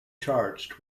charged